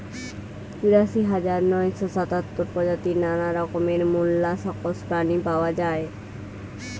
চুরাশি হাজার নয়শ সাতাত্তর প্রজাতির নানা রকমের মোল্লাসকস প্রাণী পাওয়া যায়